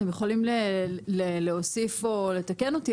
אתם יכולים להוסיף און לתקן אותי,